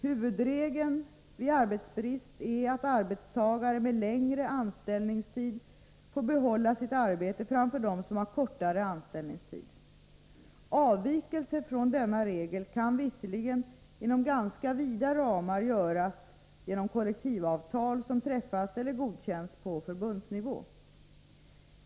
Huvudregeln vid arbetsbrist är att arbetstagare med längre anställningstid får behålla sitt arbete framför dem som har kortare anställningstid. Avvikelser från denna regel kan visserligen inom ganska vida ramar göras genom kollektivavtal som träffas eller godkänns på förbundsnivå.